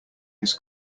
his